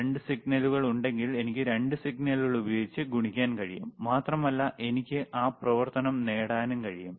2 സിഗ്നലുകൾ ഉണ്ടെങ്കിൽ എനിക്ക് 2 സിഗ്നലുകൾ ഉപയോഗിച്ച് ഗുണിക്കാൻ കഴിയും മാത്രമല്ല എനിക്ക് ആ പ്രവർത്തനം നേടാനും കഴിയും